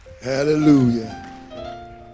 Hallelujah